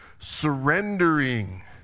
Surrendering